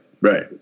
right